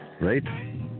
Right